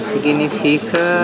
Significa